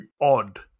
odd